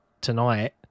tonight